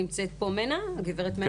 נמצאת פה הגברת מנע.